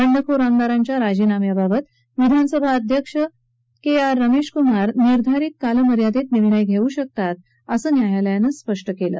बंडखोर आमदारांच्या राजीनाम्याबाबत विधानसभा अध्यक्ष के आर रमेशकुमार निर्धारित कालमर्यादेत निर्णय घेऊ शकतात असं न्यायालयानं स्पष्ट केलं